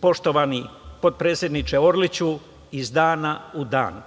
Poštovani potpredsedniče Orliću, iz dana u dan,